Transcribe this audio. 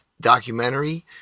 documentary